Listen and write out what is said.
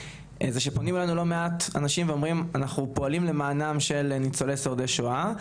פונים אלינו לא מעט אנשים שאומרים אנחנו פועלים למענם של ניצולי שואה,